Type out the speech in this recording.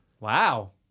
Wow